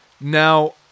Now